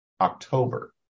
October